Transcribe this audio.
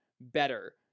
better